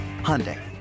Hyundai